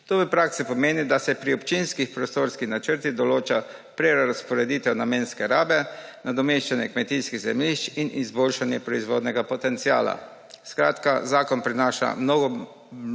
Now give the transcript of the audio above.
To v praksi pomeni, da se pri občinskih prostorskih načrtih določa prerazporeditev namenske rabe, nadomeščanje kmetijskih zemljišč in izboljšanje proizvodnega potenciala. Zakon prinaša mnogo